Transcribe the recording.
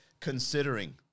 Considering